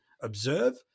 observe